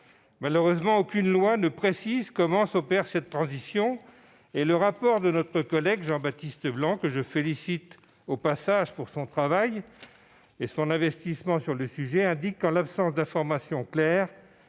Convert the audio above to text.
Malheureusement, aucune loi ne précise comment s'opère cette transition. Le rapport de notre collègue Jean-Baptiste Blanc, que je félicite au passage pour son travail et son investissement sur le sujet, indique qu'en l'absence d'informations claires,